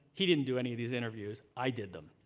he didn't do any of these interviews i did them.